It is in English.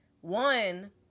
one